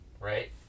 right